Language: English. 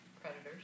Predators